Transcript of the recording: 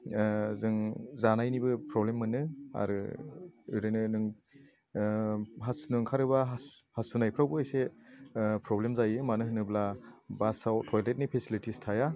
जों जानायनिबो प्रब्लेम मोनो आरो ओरैनो नों हासुनो ओंखारोब्ला हासुनायफ्रावबो एसे प्रब्लेम जायो मानो होनोब्ला बासाव टइलेटनि फेसिलिटिस थाया